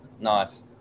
Nice